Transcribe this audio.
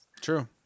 True